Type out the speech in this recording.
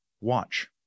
Watch